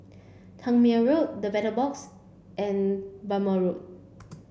Tangmere Road The Battle Box and Bhamo Road